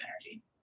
energy